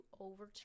overturn